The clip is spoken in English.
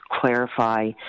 clarify